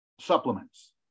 supplements